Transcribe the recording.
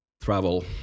travel